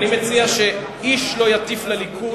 אני מציע שאיש לא יטיף לליכוד,